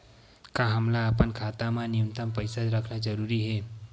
का हमला अपन खाता मा न्यूनतम पईसा रखना जरूरी हे?